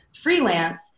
freelance